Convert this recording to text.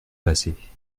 passer